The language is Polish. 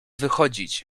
wychodzić